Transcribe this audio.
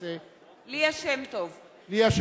(קוראת בשמות חברי הכנסת) ליה שמטוב, מצביעה